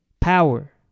power